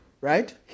Right